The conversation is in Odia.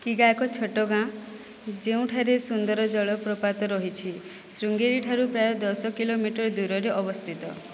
କିଗା ଏକ ଛୋଟ ଗାଁ ଯେଉଁଠାରେ ସୁନ୍ଦର ଜଳପ୍ରପାତ ରହିଛି ଶୃଙ୍ଗେଇ ଠାରୁ ପ୍ରାୟ ଦଶ କିଲୋମିଟର ଦୂରରେ ଅବସ୍ଥିତ